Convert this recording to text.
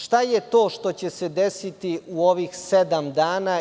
Šta je to što će se desiti u ovih sedam dana?